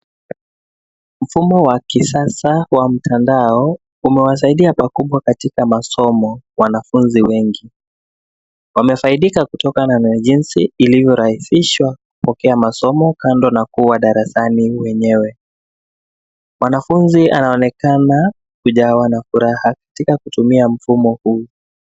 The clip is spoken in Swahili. Mfumo wa kisasa wa mtandao umewasaidia pakubwa kayika madomo wanafunzi wengi. Wamesaidika kutokana na jinsi ilivyorahisishwa kupokea masomo kando na kuwa darasani wenyewe. Mwanafunzi anaonekana kujawa na furaha katika kutumia mfumo huu.